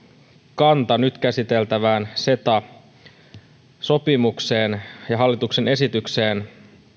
kanta nyt käsiteltävään ceta sopimukseen ja hallituksen esitykseen